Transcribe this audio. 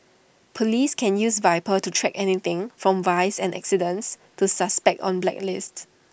Police can use Viper to track anything from vice and accidents to suspects on blacklists